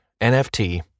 NFT